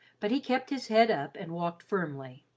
but he kept his head up and walked firmly.